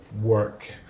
work